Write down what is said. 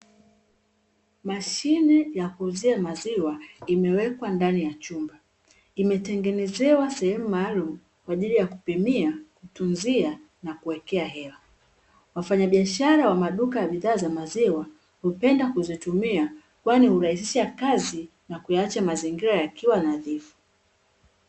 Mashine ya kuuzia maziwa imewekwa ndani ya chumba, imetengenezewa sehemu maalumu kwa ajili ya kupimia, na kuuzia na kuwekea hela, wafanyabiashara wa maduka ya bidhaa za maziwa hupenda kuzitumia, kwani hurahisisha kazi na kuyaacha mazingira yakiwa nadhifu.